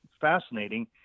fascinating